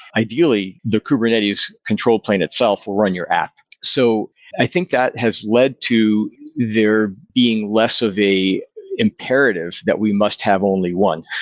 ideally the kubernetes control plane itself will run your app. so i think that has led to there being less of an imperative that we must have only one,